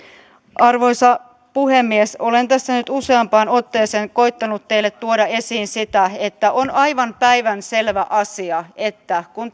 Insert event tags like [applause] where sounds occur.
arvoisa puhemies olen tässä nyt useampaan otteeseen koettanut teille tuoda esiin sitä että on aivan päivänselvä asia että kun [unintelligible]